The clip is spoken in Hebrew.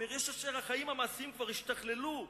הוא אומר: "יש אשר החיים המעשיים כבר ישתכללו בהווייתם,